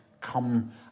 come